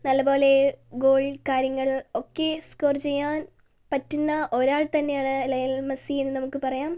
നല്ലപോലെ ഗോൾ കാര്യങ്ങൾ ഒക്കെ സ്കോർ ചെയ്യാൻ പറ്റുന്ന ഒരാൾ തന്നെയാണ് ലയണൽ മെസ്സി എന്നു നമുക്ക് പറയാം